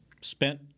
spent